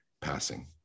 passing